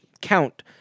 count